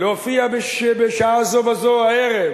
להופיע בשעה זו וזו הערב,